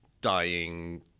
dying